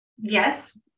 Yes